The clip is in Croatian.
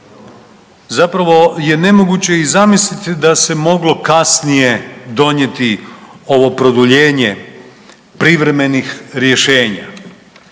zapravo je nemoguće i zamisliti da se moglo kasnije donijeti ovo produljenje privremenih rješenja.